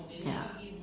ya